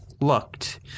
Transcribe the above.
looked